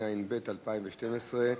התשע"ב 2012,